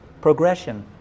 progression